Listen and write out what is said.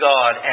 God